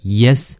yes